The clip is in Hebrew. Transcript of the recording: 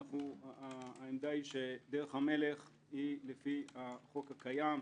דרך המלך היא לפי החוק הקיים,